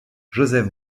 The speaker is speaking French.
joseph